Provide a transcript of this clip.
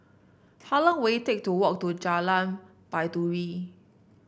how long will it take to walk to Jalan Baiduri